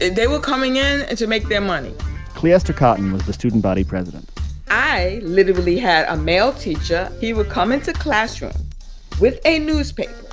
they were coming in to make their money cleaster cotton was the student body president i literally had a male teacher he would come into classroom with a newspaper,